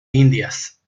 indias